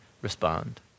respond